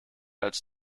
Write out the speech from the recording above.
als